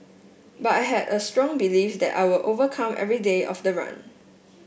but I had a strong belief that I will overcome every day of the run